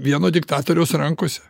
vieno diktatoriaus rankose